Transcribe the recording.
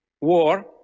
war